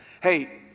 Hey